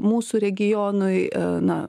mūsų regionui na